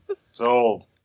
Sold